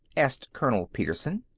asked colonel petersen.